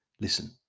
listen